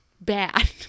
bad